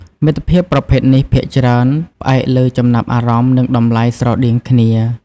មិត្តភាពប្រភេទនេះភាគច្រើន ផ្អែកលើចំណាប់អារម្មណ៍ និងតម្លៃ ស្រដៀងគ្នា។